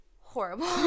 horrible